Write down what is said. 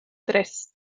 tres